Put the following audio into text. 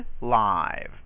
live